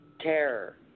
terror